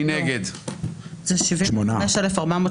רוויזיה מס' 71,